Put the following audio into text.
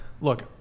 Look